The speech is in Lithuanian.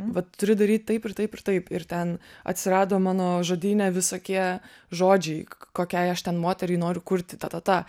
vat turiu daryt taip ir taip ir taip ir ten atsirado mano žodyne visokie žodžiai kokiai aš ten moteriai noriu kurti tatata